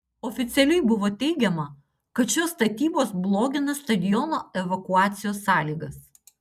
oficialiai buvo teigiama kad šios statybos blogina stadiono evakuacijos sąlygas